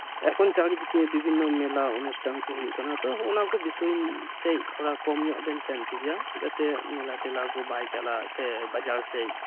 ᱮᱠᱷᱚᱱ ᱪᱟᱨᱤ ᱫᱤᱠᱮ ᱵᱤᱵᱷᱱᱱᱚ ᱢᱮᱞᱟ ᱚᱱᱩᱥᱴᱷᱟᱱ ᱠᱚ ᱦᱩᱭᱩᱜ ᱠᱟᱱᱟ ᱛᱚ ᱚᱱᱟ ᱠᱚ ᱵᱤᱥᱚᱭ ᱥᱮᱡ ᱛᱷᱚᱲᱟ ᱠᱚᱢ ᱧᱚᱜ ᱵᱮᱱ ᱥᱮᱱ ᱪᱚᱣᱭᱟ ᱡᱟᱛᱮ ᱢᱮᱞᱟ ᱴᱮᱞᱟ ᱠᱚ ᱵᱟᱭ ᱪᱟᱞᱟᱜ ᱥᱮ ᱵᱟᱡᱟᱨ ᱥᱮᱡ